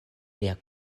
lia